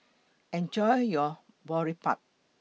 Enjoy your Boribap